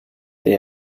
the